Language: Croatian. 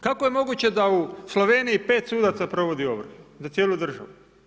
Kako je moguće da u Sloveniji 5 sudaca provodi ovrhe za cijelu državu?